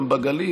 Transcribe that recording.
גם בגליל,